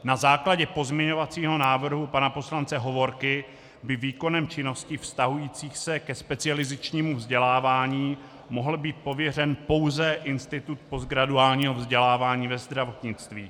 Na základě pozměňovacího návrhu pana poslance Hovorky by výkonem činností vztahujících se ke specializačnímu vzdělávání mohl být pověřen pouze Institut postgraduálního vzdělávání ve zdravotnictví.